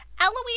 Eloise